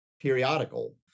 periodical